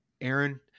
Aaron